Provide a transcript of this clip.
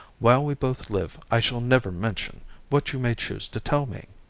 while we both live i shall never mention what you may choose to tell me